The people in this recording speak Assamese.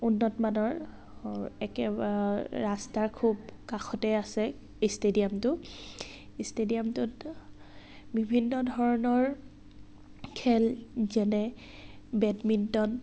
উন্নতমানৰ একেবাৰে ৰাস্তাৰ খুব কাষতে আছে ষ্টেডিয়ামটো ষ্টেডিয়ামটোত বিভিন্ন ধৰণৰ খেল যেনে বেডমিণ্টন